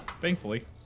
thankfully